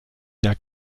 der